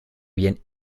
bien